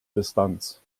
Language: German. distanz